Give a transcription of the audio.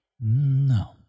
No